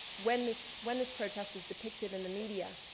when this when this protest was depicted in the media